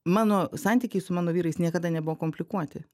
mano santykiai su mano vyrais niekada nebuvo komplikuoti